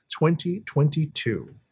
2022